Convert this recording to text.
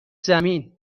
زمین